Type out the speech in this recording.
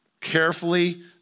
carefully